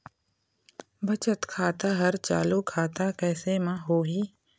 बचत खाता हर चालू खाता कैसे म होही?